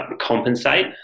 compensate